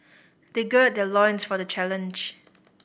they gird their loins for the challenge